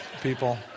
people